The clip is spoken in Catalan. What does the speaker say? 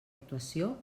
actuació